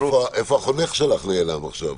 איפה החונך שלך נעלם עכשיו?